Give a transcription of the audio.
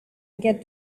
get